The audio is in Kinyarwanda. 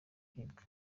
kwiga